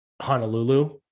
Honolulu